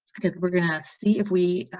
because we're going to see if we